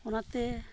ᱚᱱᱟᱛᱮ